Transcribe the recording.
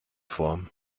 vor